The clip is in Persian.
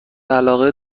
علاقه